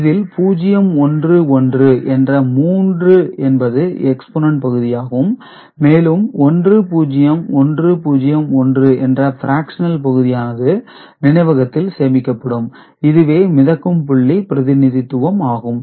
இதில் 011 என்ற 3 என்பது எக்ஸ்போனெட் பகுதி மேலும் 10101 என்ற பிராக்சனல் பகுதியானது நினைவகத்தில் சேமிக்கப்படும் இதுவே மிதக்கும் புள்ளி பிரதிநிதித்துவம் ஆகும்